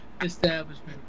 establishment